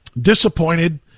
disappointed